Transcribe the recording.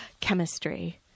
Chemistry